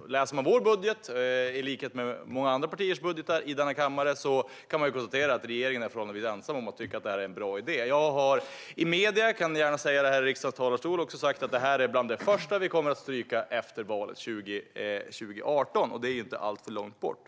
man läser vår budget och många andra partiers budgetar i denna kammare kan man konstatera att regeringen är förhållandevis ensam om att tycka att detta är en bra idé. Jag har sagt i medierna, och jag kan gärna säga det också här i riksdagens talarstol, att detta är bland det första vi kommer att stryka efter valet 2018. Det är inte alltför långt bort.